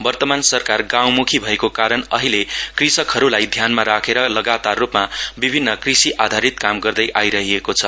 वर्तमान सरकार गाउँम्खि भएको कारण अहिले कृषकहरूलाई ध्यानमा राखेर लगाताररूपमा विभिन्न कृषिआधारिक काम गर्दै आइरहेको छ